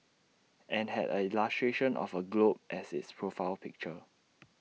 and had A illustration of A globe as its profile picture